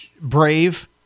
Brave